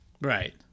Right